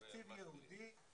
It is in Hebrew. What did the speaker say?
100 ומשהו מיליון.